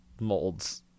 molds